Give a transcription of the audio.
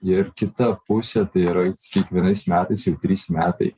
ir kita pusė tai yra kiekvienais metais jau trys metai